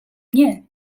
nie